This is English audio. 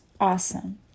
awesome